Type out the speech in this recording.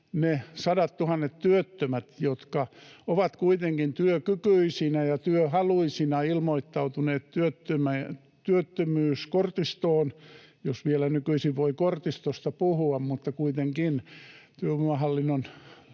ne sadattuhannet työttömät, jotka ovat kuitenkin työkykyisinä ja työhaluisina ilmoittautuneet työttömyyskortistoon, jos vielä nykyisin voi kortistosta puhua, mutta kuitenkin työvoimahallinnon